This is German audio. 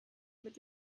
mit